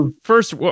first